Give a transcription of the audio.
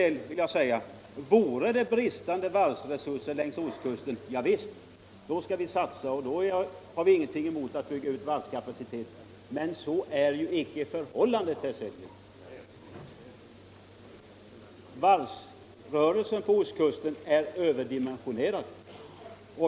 Om vi hade bristande varvsresurser längs ostkusten skulle jag inte ha någonting emot att bygga ut varvskapaciteten. Men så är icke förhållandet, herr Sellgren. Varvsrörelsen även på ostkusten är överdimensionerad.